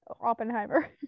Oppenheimer